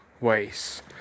ways